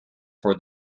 for